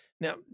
Now